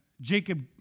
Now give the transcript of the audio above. Jacob